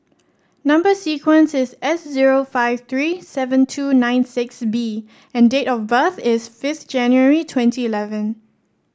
number sequence is S zero five three seven two nine six B and date of birth is fifth January twenty eleven